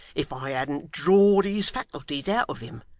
if i hadn't drawed his faculties out of him